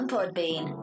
Podbean